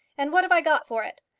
and what have i got for it?